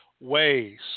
ways